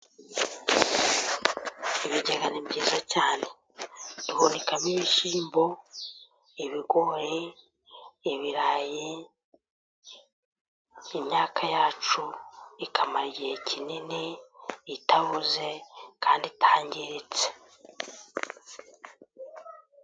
Ibigega ni byiza cyane, duhunikamo ibishyimbo, ibigori, ibirayi, imyaka yacu ikamara igihe kinini itaboze kandi itangiritse.